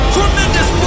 Tremendous